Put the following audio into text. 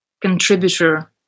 contributor